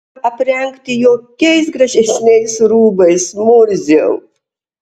tavęs negalima aprengti jokiais gražesniais rūbais murziau